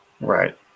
Right